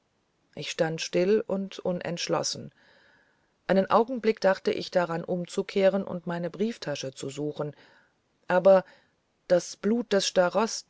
ich stand still und unentschlossen einen augenblick dachte ich daran umzukehren und meine brieftasche zu suchen aber das blut des